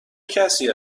کسی